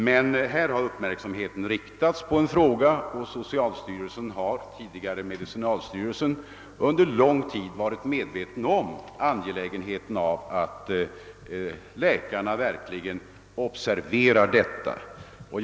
Man har emellertid uppmärksamheten riktad på frågan. Socialstyrelsen — tidigare medicinalstyrelsen — har under lång tid varit medveten om angelägenheten av att läkarna verkligen observerar detta problem.